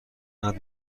اینقد